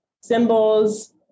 symbols